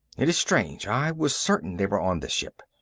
it is strange. i was certain they were on this ship.